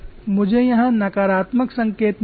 मुझे यहां नकारात्मक संकेत मिला है